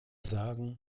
sagen